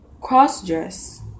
cross-dress